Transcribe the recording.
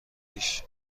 پیش